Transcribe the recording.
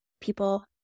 people